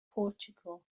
portugal